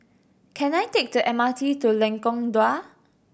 can I take the M R T to Lengkong Dua